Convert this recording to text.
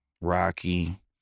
Rocky